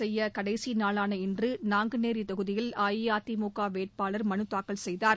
செய்ய கடைசிநாளான இன்று நாங்குநேரி தொகுதியில் அஇஅதிமுக வேட்பாளர் மனுதாக்கல் செய்தார்